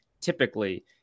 typically